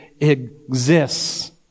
exists